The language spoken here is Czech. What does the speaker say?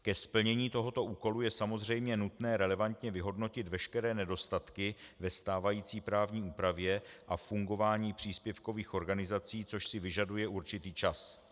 Ke splnění tohoto úkolu je samozřejmě nutné relevantně vyhodnotit veškeré nedostatky ve stávající právní úpravě a fungování příspěvkových organizací, což si vyžaduje určitý čas.